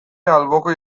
alboko